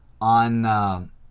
on